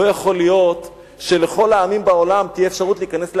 לא יכול להיות שלכל העמים בעולם תהיה אפשרות להיכנס להר-הבית,